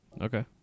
Okay